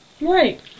Right